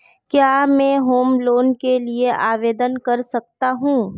क्या मैं home loan के लिए आवेदन कर सकता हूं?